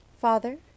father